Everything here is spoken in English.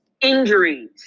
Injuries